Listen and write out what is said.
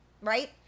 right